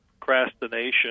Procrastination